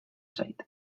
zait